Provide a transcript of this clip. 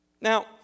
Now